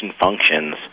functions